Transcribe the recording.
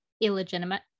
illegitimate